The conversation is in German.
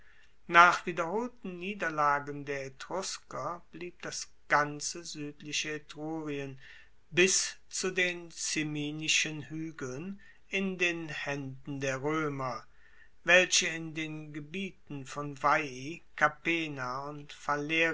nach wiederholten niederlagen der etrusker blieb das ganze suedliche etrurien bis zu den ciminischen huegeln in den haenden der roemer welche in den gebieten von veii capena und